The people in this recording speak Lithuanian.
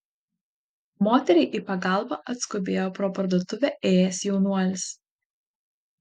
moteriai į pagalbą atskubėjo pro parduotuvę ėjęs jaunuolis